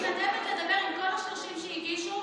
אני מתנדבת לדבר עם כל 30 המגישים ולעזור,